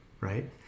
right